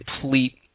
complete